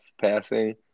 passing